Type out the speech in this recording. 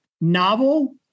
novel